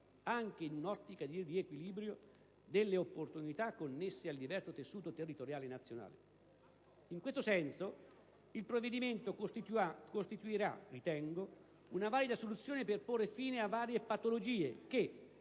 anche in un'ottica di riequilibrio delle opportunità connesse al diverso tessuto territoriale nazionale. In questo senso, il provvedimento costituirà - ritengo - una valida soluzione per porre fine a varie patologie che,